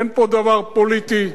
אין פה דבר פוליטי,